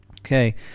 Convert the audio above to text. Okay